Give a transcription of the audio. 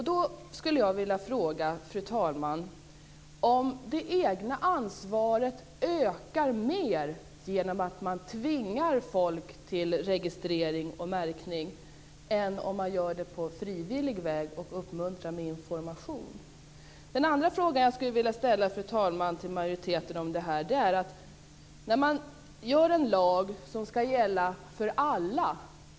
Då vill jag fråga om det egna ansvaret ökar mer genom att man tvingar folk till registrering och märkning än om man gör det på frivillig väg och uppmuntrar genom information. Det finns en annan fråga som jag skulle vilja ställa till majoriteten. Man inför nu en lag som ska gälla för alla.